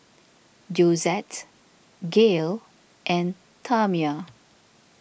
Josette Gael and Tamia